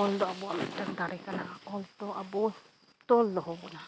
ᱚᱞ ᱫᱚ ᱟᱵᱚᱣᱟᱜ ᱢᱤᱫᱴᱟᱝ ᱫᱟᱲᱮ ᱠᱟᱱᱟ ᱚᱞ ᱫᱚ ᱟᱵᱚᱭ ᱛᱚᱞ ᱫᱚᱦᱚ ᱵᱚᱱᱟ